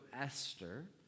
Esther